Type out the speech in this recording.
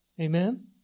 Amen